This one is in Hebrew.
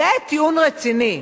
זה טיעון רציני.